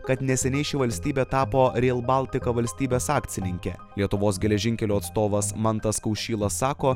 kad neseniai ši valstybė tapo reil baltika valstybės akcininke lietuvos geležinkelių atstovas mantas kaušyla sako